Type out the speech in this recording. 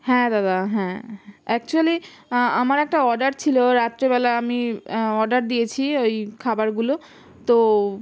হ্যাঁ দাদা হ্যাঁ অ্যাকচুয়ালি আমার একটা অর্ডার ছিল রাত্রেবেলা আমি অর্ডার দিয়েছি ওই খাবারগুলো তো